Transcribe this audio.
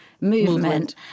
movement